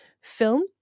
film